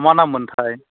मा नाममोनथाय